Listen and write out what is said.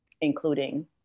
including